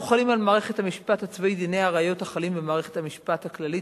מוחלים על מערכת המשפט הצבאי דיני הראיות החלים במערכת המשפט הכללית,